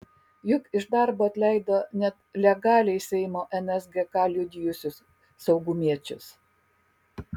juk iš darbo atleido net legaliai seimo nsgk liudijusius saugumiečius